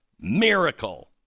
miracle